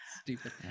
Stupid